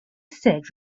said